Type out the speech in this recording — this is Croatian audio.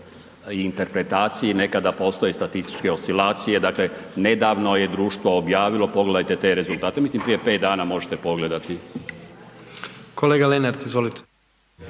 interpretaciji nekada postoje statističke oscilacije, dakle nedavno je društvo objavilo pogledajte te rezultate, mislim prije 5 dana, možete pogledati. **Jandroković,